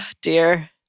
Dear